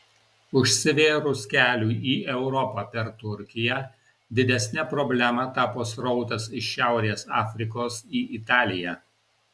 užsivėrus keliui į europą per turkiją didesne problema tapo srautas iš šiaurės afrikos į italiją